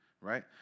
right